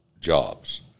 jobs